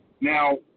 Now